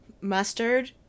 mustard